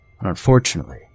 unfortunately